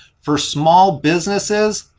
for small businesses,